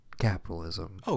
capitalism